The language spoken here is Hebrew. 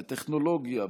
בטכנולוגיה,